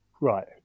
Right